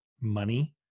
money